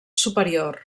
superior